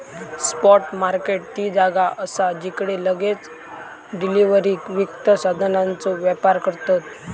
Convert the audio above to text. spot market ती जागा असा जिकडे लगेच डिलीवरीक वित्त साधनांचो व्यापार करतत